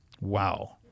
wow